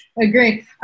Agree